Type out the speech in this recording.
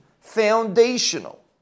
Foundational